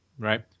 right